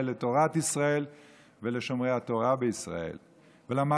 מאוד ביסודות ובשורשים של כל יהודי